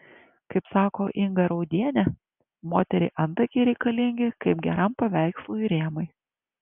kaip sako inga raudienė moteriai antakiai reikalingi kaip geram paveikslui rėmai